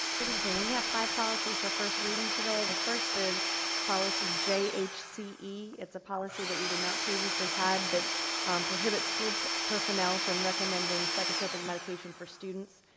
good evening we have five policies for first reading today. the first is policy jhce. it's a policy that we did not previously had that prohibits school personnel from recommending psychotropic medications for students.